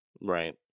Right